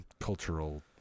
cultural